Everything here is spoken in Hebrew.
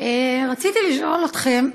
רציתי לשאול אתכם,